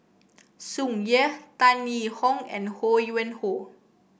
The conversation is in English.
Tsung Yeh Tan Yee Hong and Ho Yuen Hoe